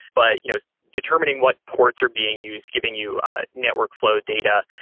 but you know determining what ports are being used. giving you ah network flow data,